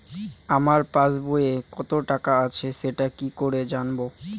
আমার পাসবইয়ে কত টাকা আছে সেটা কি করে জানবো?